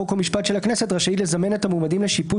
חוק ומשפט של הכנסת רשאית לזמן את המועמדים לשיפוט